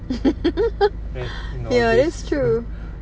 ya that's true